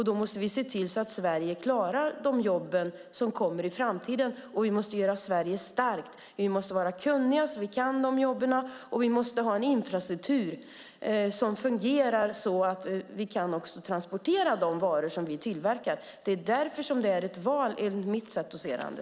Vi måste se till att Sverige klarar de jobb som kommer i framtiden. Vi måste göra Sverige starkt. Vi måste vara kunniga så att vi kan de jobben. Vi måste ha en infrastruktur som fungerar så att vi kan transportera de varor vi tillverkar. Därför är det ett val enligt mitt sätt att se.